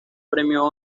premio